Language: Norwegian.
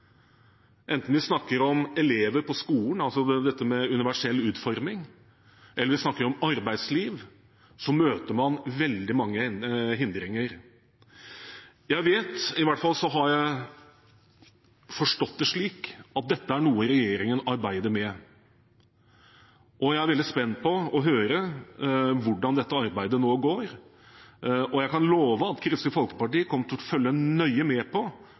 Enten vi snakker om elever på skolen, når det gjelder universell utforming, eller vi snakker om arbeidsliv, møter man veldig mange hindringer. Jeg vet – i hvert fall har jeg forstått det slik – at dette er noe regjeringen arbeider med. Jeg er veldig spent på å høre hvordan dette arbeidet nå går. Jeg kan love at Kristelig Folkeparti kommer til å følge nøye med på